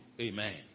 Amen